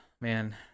Man